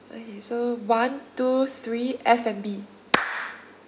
okay so one two three F&B